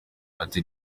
ati